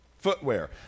Footwear